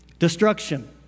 Destruction